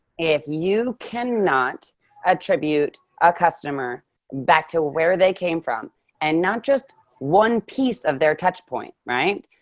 if you cannot attribute a customer back to where they came from and not just one piece of their touchpoint, right?